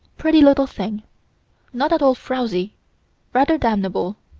pretty little thing not at all frowsy rather damnable.